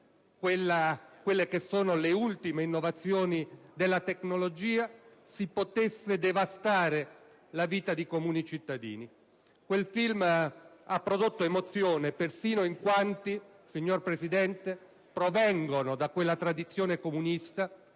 nemmeno le ultime innovazioni della tecnologia, si potesse devastare la vita dei comuni cittadini. Quel film ha prodotto emozione persino in quanti, signor Presidente, provengono da quella tradizione comunista